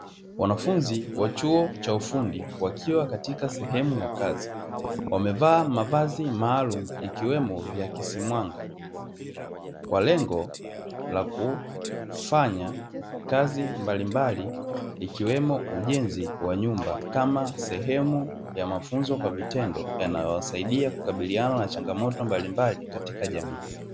Wanafunzi wa chuo cha ufundi wakiwa katika sehemu ya kazi, wamevaa mavazi maalumu ikiwemo viakisi mwanga, kwa lengo la kufanya kazi mbalimbali ikiwemo ujenzi wa nyumba kama sehemu ya mafunzo kwa vitendo; yanayowasaidia kukabiliana na changamoto mbalimbali katika jamii.